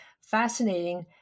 fascinating